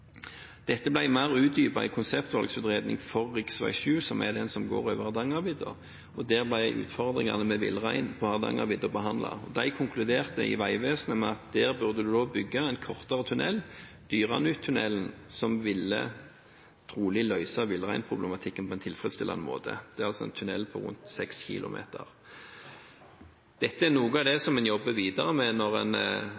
Dette ble mer utdypet i konseptvalgutredningen for rv. 7, som er den som går over Hardangervidda, og der ble utfordringene med villreinen på Hardangervidda behandlet. Vegvesenet konkluderte med at en burde bygge en kortere tunnel der, Dyranuttunnelen, som trolig ville løse villreinproblematikken på en tilfredsstillende måte. Det er en tunnel på rundt 6 km. Dette er noe av det